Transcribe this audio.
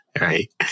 Right